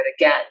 again